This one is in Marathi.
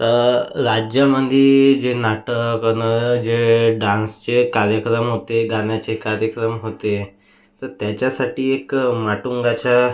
तर राज्यामध्ये जे नाटक अन् जे डान्सचे कार्यक्रम होते गाण्याचे कार्यक्रम होते तर त्याच्यासाठी एक माटुंगाच्या